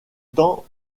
temps